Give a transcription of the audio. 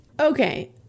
Okay